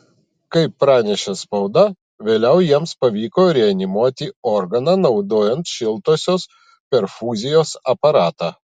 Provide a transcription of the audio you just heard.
kaip pranešė spauda vėliau jiems pavyko reanimuoti organą naudojant šiltosios perfuzijos aparatą